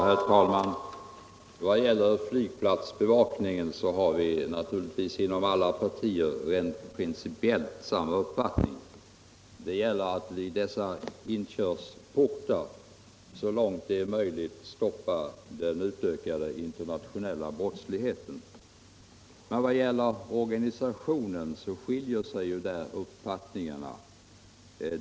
Herr talman! Vad gäller flygplatsbevakningen har vi naturligtvis inom alla partier rent principiellt samma uppfattning. Det gäller att vid de inkörsportar som flygplatserna utgör stoppa den utökade internationella brottsligheten så långt det är möjligt. Men vad gäller organisationen skiljer sendet sendet sig uppfattningarna.